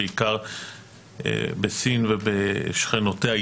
בעיקר בסין ובשכנותיה,